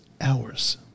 hours